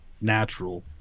natural